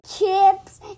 Chips